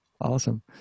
awesome